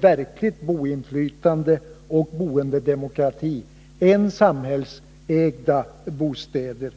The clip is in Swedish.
verkligt boinflytande och boendedemokrati än samhällsägda bostäder.